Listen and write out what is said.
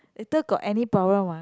later got any problem what